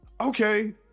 okay